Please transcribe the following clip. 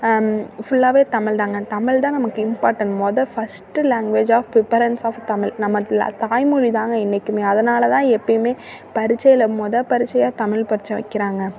ஃபுல்லாவே தமிழ் தாங்க தமிழ் தான் நமக்கு இம்பார்ட்டண்ட் முத first language of preference of Tamil நமக்கு ல தாய்மொழி தாங்க என்றைக்குமே அதனால் தான் எப்போயுமே பரிச்சையில் முத பரிச்சையாக தமிழ் பரிட்ச்ச வைக்கிறாங்க